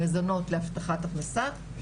ממזונות להבטחת הכנסה,